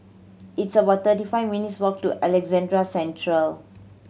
it's about thirty five minutes walk to Alexandra Central